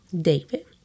David